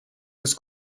des